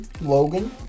Logan